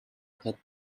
had